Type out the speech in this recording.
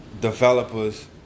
developers